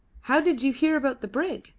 how did you hear about the brig?